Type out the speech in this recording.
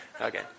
Okay